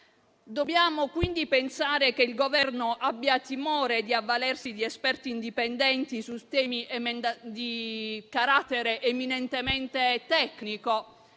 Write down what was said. Dobbiamo quindi pensare che il Governo abbia timore di avvalersi di esperti indipendenti su temi di carattere eminentemente tecnico?